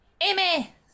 Amy